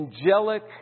angelic